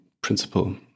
principle